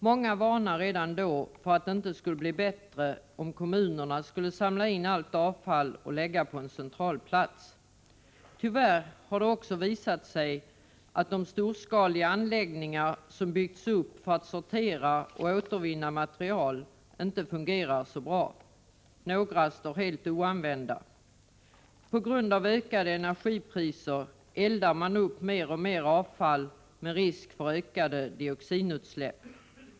Många varnade redan då för att det inte skulle bli bättre om kommunerna ålades att samla in allt avfall och lägga det på en central plats. Tyvärr har det också visat sig att de storskaliga anläggningar som byggts för sortering och återvinning av material inte fungerar särskilt bra. Några står t.o.m. helt oanvända. På grund av höjda energipriser eldas mer och mer avfall upp, med risk för ökade dioxinutsläpp.